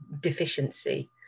deficiency